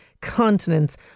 continents